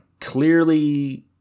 clearly